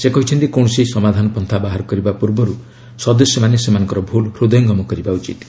ସେ କହିଛନ୍ତି କୌଣସି ସମାଧାନପନ୍ଥା ବାହାର କରିବା ପୂର୍ବରୁ ସଦସ୍ୟମାନେ ସେମାନଙ୍କର ଭୁଲ୍ ହୃଦୟଙ୍ଗମ କରିବା ଉଚିତ୍